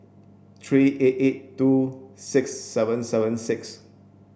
three eight eight two six seven seven six